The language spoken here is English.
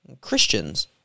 Christians